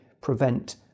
prevent